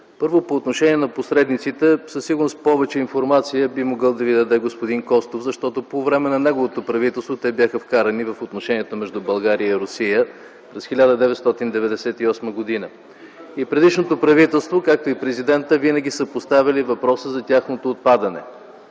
Първо, по отношение на посредниците със сигурност повече информация би могъл да Ви даде господин Костов, защото по време на неговото правителство те бяха вкарани в отношенията между България и Русия през 1998 г. И предишното правителство, както и президентът винаги са поставяли въпроса за тяхното отпадане